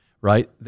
right